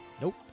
Nope